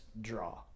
draw